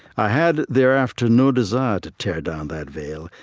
i had thereafter no desire to tear down that veil,